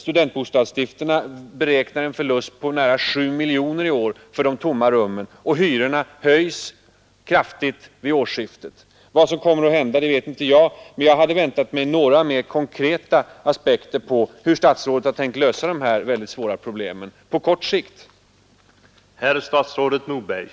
Studentbostadsstiftelserna beräknar i år en förlust på nära 7 miljoner kronor på de tomma rummen, och hyrorna höjs kraftigt vid årsskiftet. Vad som kommer att hända vet jag inte, men jag hade väntat mig några mera konkreta aspekter på hur statsrådet på kort sikt hade tänkt lösa dessa mycket svåra problem.